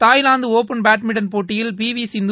Thailand open badminton போட்டியில் பி வி சிந்து